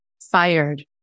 fired